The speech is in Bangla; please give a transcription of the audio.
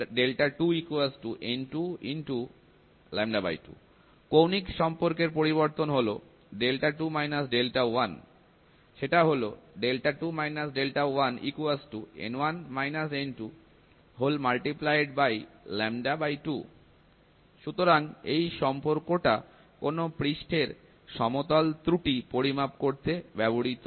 অতএব কৌণিক সম্পর্কের পরিবর্তন হল সুতরাং এই সম্পর্কটা কোন পৃষ্ঠের সমতল ত্রুটি পরিমাপ করতে ব্যবহৃত হয়